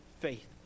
faith